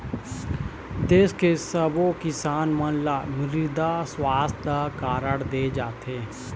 देस के सब्बो किसान मन ल मृदा सुवास्थ कारड दे जाथे